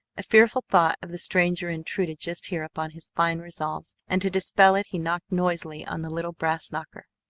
a fearful thought of the stranger intruded just here upon his fine resolves, and to dispel it he knocked noisily on the little brass knocker.